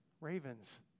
Ravens